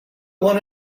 one